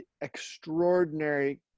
extraordinary